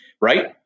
right